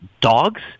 dogs